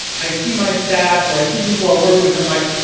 i see my staff or i see people i work with them like,